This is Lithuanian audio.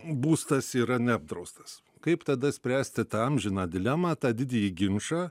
būstas yra neapdraustas kaip tada spręsti tą amžiną dilemą tą didįjį ginčą